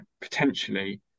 potentially